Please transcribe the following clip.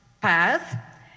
path